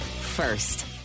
first